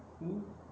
!woo!